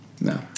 No